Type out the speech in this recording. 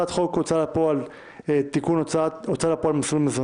בהצעת חוק התכנון והבנייה (תיקון מס' 101) (תיקון מס' 5),